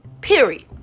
Period